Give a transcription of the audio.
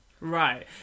Right